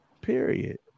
Period